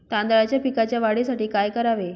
तांदळाच्या पिकाच्या वाढीसाठी काय करावे?